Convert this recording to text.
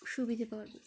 সুবিধে পাব